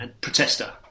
protester